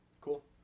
Cool